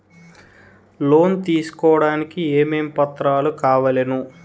Loan తీసుకోడానికి ఏమేం పత్రాలు కావలెను?